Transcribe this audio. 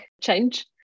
change